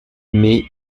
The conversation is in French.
mai